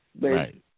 right